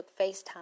FaceTime